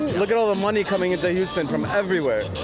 look at all the money coming into houston from everywhere.